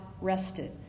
rested